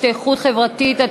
השתייכות חברתית),